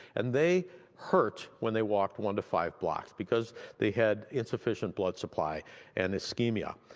and they hurt when they walked one to five blocks because they had insufficient blood supply and ischemia,